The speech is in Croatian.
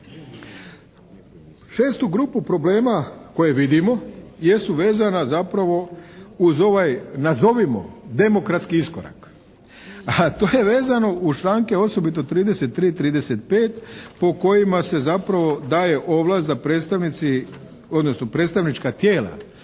Šestu grupu problema koje vidimo jesu vezana zapravo uz ovaj nazovimo demokratski iskorak, a to je vezano uz članke osobito 33., 35. po kojima se zapravo daje ovlast da predstavnici,